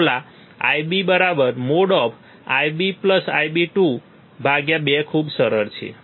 formula Ib|Ib1Ib2|2 ખૂબ જ સરળ છે